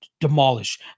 demolish